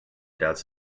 doubts